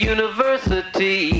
University